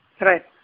Right